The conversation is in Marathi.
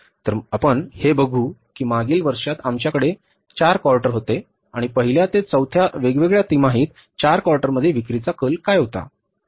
तर आपण हे बघू की मागील वर्षात आमच्याकडे 4 क्वार्टर होते आणि पहिल्या ते चौथ्याच्या वेगवेगळ्या तिमाहीत 4 क्वार्टरमध्ये विक्रीचा कल काय होता